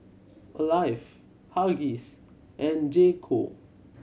Alive Huggies and J Co